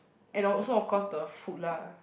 and also of course the food lah